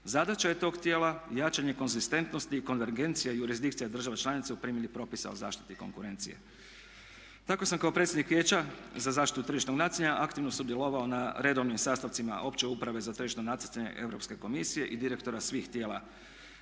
Zadaća je tog tijela jačanje konzistentnosti i konvergencija i jurisdikcije država članica u primjeni propisa o zaštiti konkurencije. Tako sam kao predsjednik Vijeća za zaštitu tržišnog natjecanja aktivno sudjelovao na redovnim sastancima opće uprave za tržišno natjecanje Europske komisije i direktora svih tijela,